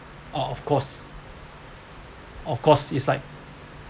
oh of course of course it's like